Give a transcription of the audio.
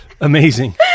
amazing